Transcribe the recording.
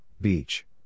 Beach